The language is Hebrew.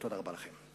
תודה רבה לכם.